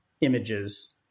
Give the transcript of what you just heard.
images